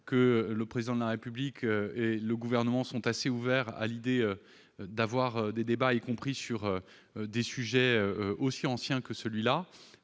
le Président de la République et le Gouvernement étant assez ouverts à la discussion, y compris sur des sujets aussi anciens que celui-là.